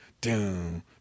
Doom